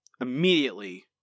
immediately